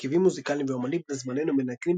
הרכבים מוזיקליים ואמנים בני זמננו מנגנים